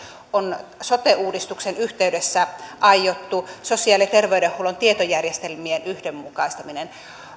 on sote uudistuksen yhteydessä aiottu sosiaali ja terveydenhuollon tietojärjestelmien yhdenmukaistaminen